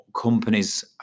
companies